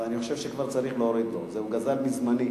אני חושב שכבר צריך להוריד לו, הוא כבר גזל מזמני.